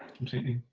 completely.